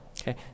Okay